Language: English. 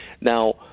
Now